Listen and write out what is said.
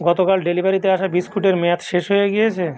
গতকাল ডেলিভারিতে আসা বিস্কুটের মেয়াদ শেষ হয়ে গিয়েছে